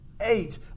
Eight